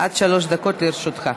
עד שלוש דקות לרשותך.